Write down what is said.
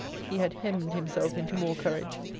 he had hemmed himself into more courage.